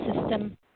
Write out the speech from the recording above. system